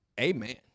Amen